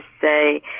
say